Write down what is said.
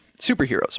superheroes